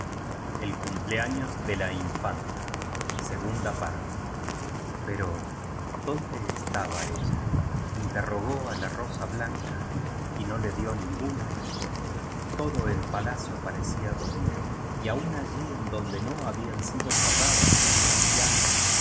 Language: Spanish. oro pálido de sus cabellos pero dónde estaba ella interrogó á la rosa blanca y no le dió ninguna respuesta todo el palacio parecía dormido y aun allí en donde no habían sido cerradas las persianas